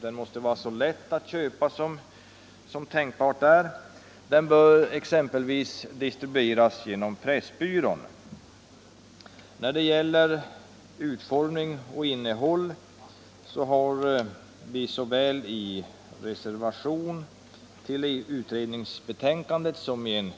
Den skall vara så lätt att köpa som tänkbart är. Den bör exempelvis distribueras genom Pressbyrån. När det gäller utformning och innehåll har vi såväl i reservation till utredningsbetänkandet som i en